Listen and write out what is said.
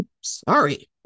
Sorry